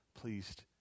pleased